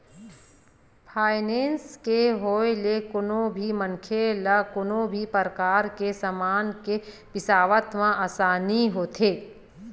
finance के होय ले कोनो भी मनखे ल कोनो भी परकार के समान के बिसावत म आसानी होथे